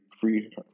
free